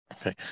Okay